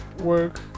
work